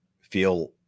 feel